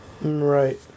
right